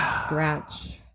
scratch